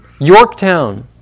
Yorktown